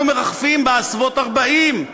אנחנו מרחפים בסביבות ה-40,000,